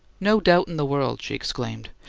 no doubt in the world! she exclaimed.